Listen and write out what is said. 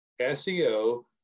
SEO